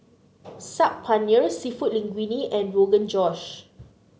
Saag Paneer seafood Linguine and Rogan Josh